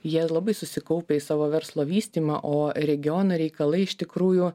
jie labai susikaupę į savo verslo vystymą o regiono reikalai iš tikrųjų